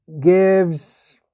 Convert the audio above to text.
gives